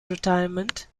retirement